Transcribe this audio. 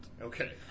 Okay